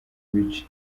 bice